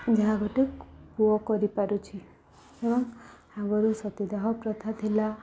ଯାହା ଗୋଟେ ପୁଅ କରିପାରୁଛି ଏବଂ ଆଗରୁ ସତୀଦାହ ପ୍ରଥା ଥିଲା